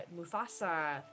Mufasa